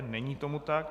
Není tomu tak.